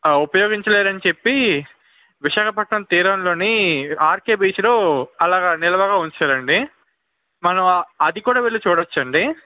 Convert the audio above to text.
ఉపయోగించలేదు అని చెప్పి విశాఖపట్నం తీరంలోని ఆర్కే బీచ్లో అలాగ నిల్వగా ఉంచేసారు అండి మనం అది కూడా వెళ్ళి చూడవచ్చు అండి